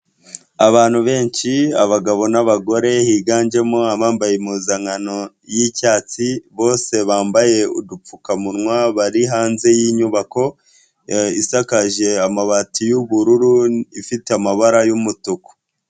Abantu benshi, abagabo n'abagore higanjemo abambaye impuzankano y'icyatsi, bose bambaye udupfukamunwa, bari hanze y'inyubako isakaje amabati y'ubururu, ifite amabara y'umutuku.